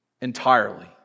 entirely